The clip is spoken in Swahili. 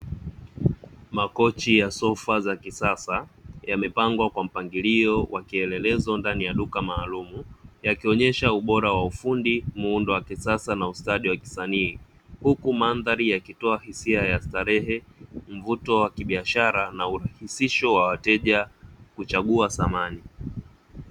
Makochi ya sofa za kisasa yamepangwa kwa mpangilio wa kielelezo ndani ya duka maalumu yakionyesha ubora wa ufundi, muundo wa kisasa na ustadi wa kisanii; huku mandhari yakitoa hisia ya starehe, mvuto wa kibiashara na urahisisho wa wateja kuchagua samani.